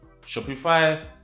Shopify